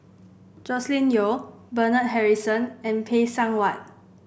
Joscelin Yeo Bernard Harrison and Phay Seng Whatt